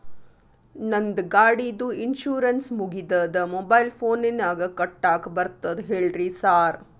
ನಂದ್ ಗಾಡಿದು ಇನ್ಶೂರೆನ್ಸ್ ಮುಗಿದದ ಮೊಬೈಲ್ ಫೋನಿನಾಗ್ ಕಟ್ಟಾಕ್ ಬರ್ತದ ಹೇಳ್ರಿ ಸಾರ್?